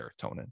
serotonin